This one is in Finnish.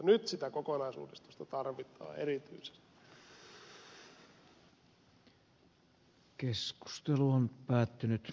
nyt sitä kokonaisuudistusta tarvitaan erityisesti